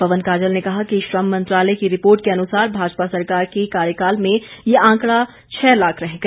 पवन काजल ने कहा कि श्रम मंत्रालय की रिपोर्ट के अनुसार भाजपा सरकार के कार्यकाल में ये आंकड़ा छः लाख रह गया